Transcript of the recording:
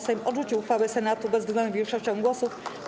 Sejm odrzucił uchwałę Senatu bezwzględną większością głosów.